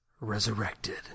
Resurrected